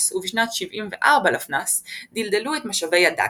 לפנה"ס ובשנת 74 לפנה"ס דלדלו את משאבי הדאקים.